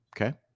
okay